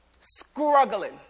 struggling